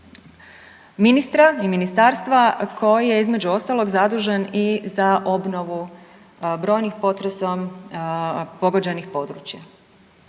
ministra i ministarstva koje je, između ostalog, zadužen i za obnovu brojnih potresom pogođenih područja.